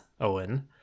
Owen